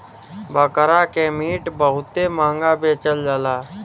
बकरा के मीट बहुते महंगा बेचल जाला